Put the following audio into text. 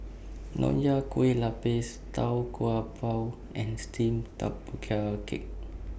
Nonya Kueh Lapis Tau Kwa Pau and Steamed Tapioca Cake